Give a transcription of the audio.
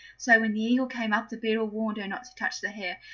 so when the eagle came up the beetle warned her not to touch the hare,